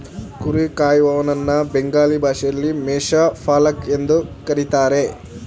ಕುರಿ ಕಾಯುವನನ್ನ ಬೆಂಗಾಲಿ ಭಾಷೆಯಲ್ಲಿ ಮೇಷ ಪಾಲಕ್ ಎಂದು ಕರಿತಾರೆ